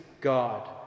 God